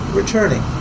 returning